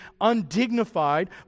undignified